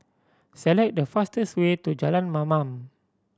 select the fastest way to Jalan Mamam